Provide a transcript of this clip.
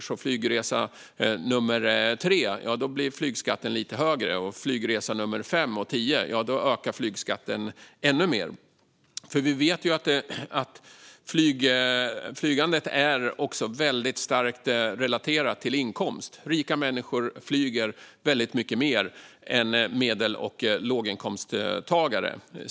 För flygresa nummer 3 blir flygskatten lite högre, och för flygresa nummer 5 och nummer 10 ökar den ännu mer. Vi vet ju att flygandet är väldigt starkt relaterat till inkomst. Rika människor flyger mycket mer än medel och låginkomsttagare.